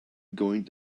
going